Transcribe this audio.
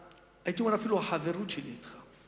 הייתי אומר אפילו בגלל החברות שלי אתך,